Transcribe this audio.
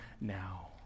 now